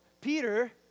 Peter